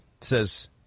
says